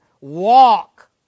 Walk